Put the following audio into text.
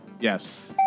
Yes